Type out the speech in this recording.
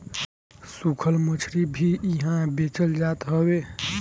सुखल मछरी भी इहा बेचल जात हवे